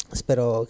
spero